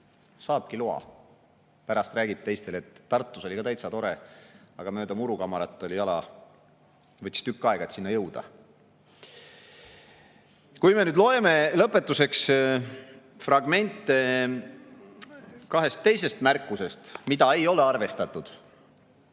saabki loa. Pärast räägib teistele, et Tartus oli ka täitsa tore, aga mööda murukamarat tuli jala [minna], võttis tükk aega, et sinna jõuda. Loeme lõpetuseks fragmente kahest teisest märkusest, mida ei ole arvestatud,